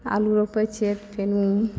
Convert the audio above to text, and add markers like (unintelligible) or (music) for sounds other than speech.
खाली ओइपर (unintelligible)